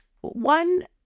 one